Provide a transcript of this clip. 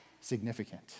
significant